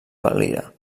valira